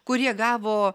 kurie gavo